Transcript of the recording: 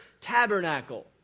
tabernacle